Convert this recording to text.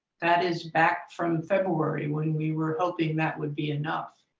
that is back from february when we were hoping that would be enough.